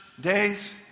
days